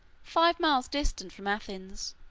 five miles distant from athens,